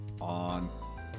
on